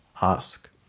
ask